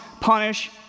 punish